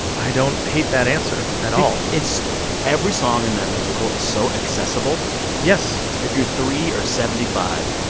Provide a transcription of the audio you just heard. i don't hate that answer at all it's every song in that musical is so accessible yes if you're three or seventy five,